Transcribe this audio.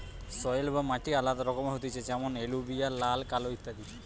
soil বা মাটি আলাদা রকমের হতিছে যেমন এলুভিয়াল, লাল, কালো ইত্যাদি